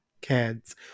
kids